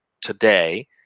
today